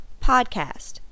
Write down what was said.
podcast